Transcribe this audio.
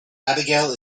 abigail